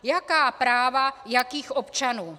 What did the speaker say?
Jaká práva jakých občanů?